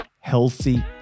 healthy